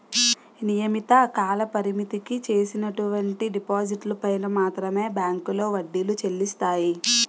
నియమిత కాలపరిమితికి చేసినటువంటి డిపాజిట్లు పైన మాత్రమే బ్యాంకులో వడ్డీలు చెల్లిస్తాయి